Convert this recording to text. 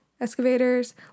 excavators